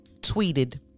tweeted